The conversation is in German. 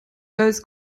das